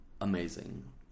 amazing